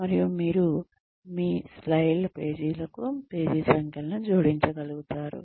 మరియు మీరు మీ స్లైడ్లకు పేజీ సంఖ్యలను జోడించగలరు